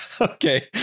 okay